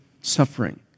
suffering